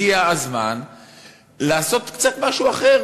אולי הגיע הזמן לעשות משהו קצת אחר.